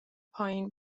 پایین